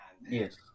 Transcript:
Yes